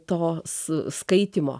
tos skaitymo